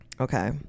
Okay